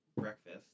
breakfast